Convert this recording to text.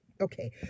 Okay